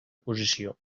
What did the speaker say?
posició